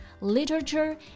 literature